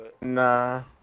Nah